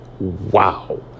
Wow